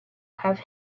have